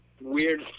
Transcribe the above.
weird